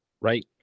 Right